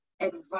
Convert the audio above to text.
advice